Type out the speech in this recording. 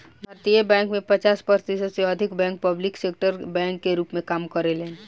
भारतीय बैंक में पचास प्रतिशत से अधिक बैंक पब्लिक सेक्टर बैंक के रूप में काम करेलेन